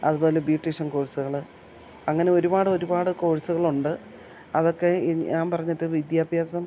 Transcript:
അതുപോലെ ബ്യൂട്ടീഷ്യൻ കോഴ്സുകൾ അങ്ങനെ ഒരുപാട് ഒരുപാട് കോഴ്സുകളുണ്ട് അതൊക്കെ ഈ ഞാൻ പറഞ്ഞിട്ട് വിദ്യാഭ്യാസം